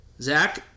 zach